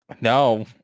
No